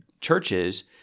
churches